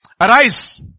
arise